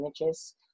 images